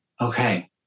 okay